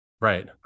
right